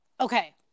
Okay